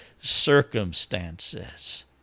circumstances